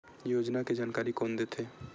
योजना के जानकारी कोन दे थे?